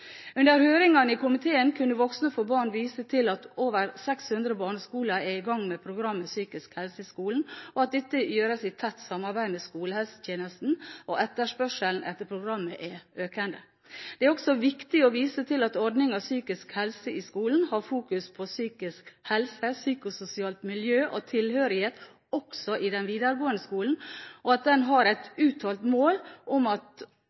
Under høringene i komiteen kunne Voksne for Barn vise til at over 600 barneskoler er i gang med programmet «Psykisk helse i skolen», at dette gjøres i tett samarbeid med skolehelsetjenesten, og at etterspørselen etter programmene er økende. Det er også viktig å vise til at ordningen «Psykisk helse i skolen» fokuserer på psykisk helse, psykososialt miljø og tilhørighet også i den videregående skolen, og at den har et uttalt mål om